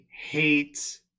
hate